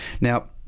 now